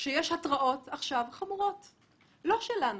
שיש התרעות חמורות עכשיו, לא שלנו,